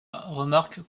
remarque